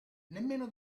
nemmeno